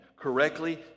correctly